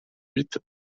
huit